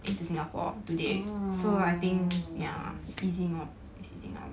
oh